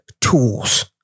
tools